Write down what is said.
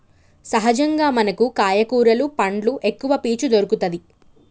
సహజంగా మనకు కాయ కూరలు పండ్లు ఎక్కవ పీచు దొరుకతది